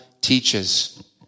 teaches